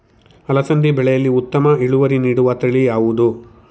ಅಲಸಂದಿ ಬೆಳೆಯಲ್ಲಿ ಉತ್ತಮ ಇಳುವರಿ ನೀಡುವ ತಳಿ ಯಾವುದು?